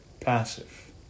passive